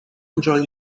enjoying